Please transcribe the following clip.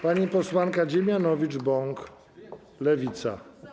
Pani posłanka Dziemianowicz-Bąk, Lewica.